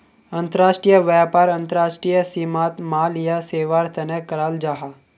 अंतर्राष्ट्रीय व्यापार अंतर्राष्ट्रीय सीमात माल या सेवार तने कराल जाहा